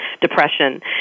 depression